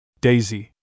Daisy